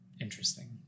interesting